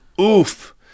Oof